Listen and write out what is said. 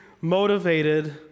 motivated